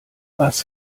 was